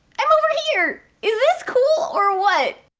i'm over here! is this cool or what?